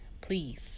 please